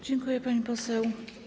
Dziękuję, pani poseł.